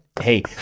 Hey